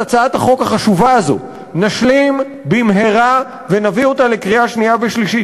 את הצעת החוק החשובה הזאת נשלים במהרה ונביא אותה לקריאה שנייה ושלישית.